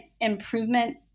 improvement